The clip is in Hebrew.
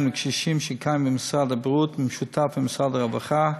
לקשישים שקיים במשרד הבריאות במשותף עם משרד הרווחה,